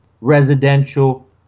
residential